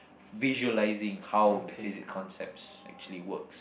visualizing how the physics concepts actually works